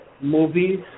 movies